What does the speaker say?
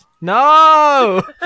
No